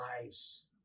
lives